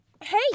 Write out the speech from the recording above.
Hey